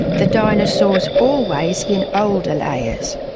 the dinosaurs always in older layers?